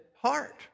heart